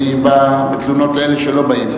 אני בא בתלונות לאלה שלא באים.